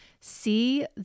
see